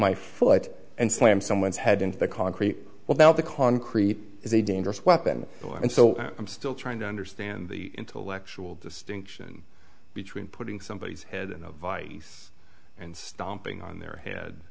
my foot and slam someone's head into the concrete well now the concrete is a dangerous weapon and so i'm still trying to understand the intellectual distinction between putting somebodies head in a vice and stomping on their head